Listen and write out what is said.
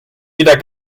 wieder